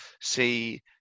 see